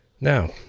Now